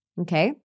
Okay